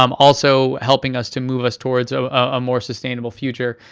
um also helping us to move us towards a more sustainable future,